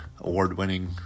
award-winning